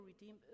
redeem